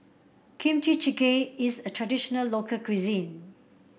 Kimchi Jjigae is a traditional local cuisine